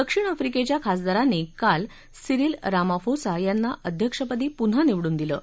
दक्षिण आफ्रिकेच्या खासदारांनी काल सिरिल रामाफोसा यांना अध्यक्षपदी पुन्हा निवडून दिले आहे